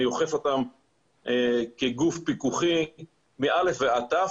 אני אוכף אותם כגוף פיקוחי מ-א' ועד ת',